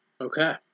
okay